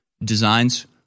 designs